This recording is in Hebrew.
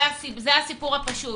זה הסיפור הפשוט.